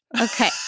Okay